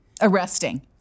Arresting